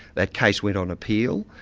that case went on appeal.